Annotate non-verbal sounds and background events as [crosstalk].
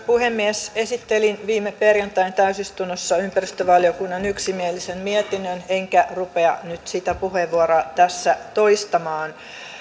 [unintelligible] puhemies esittelin viime perjantain täysistunnossa ympäristövaliokunnan yksimielisen mietinnön enkä rupea nyt sitä puheenvuoroa tässä toistamaan